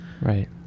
Right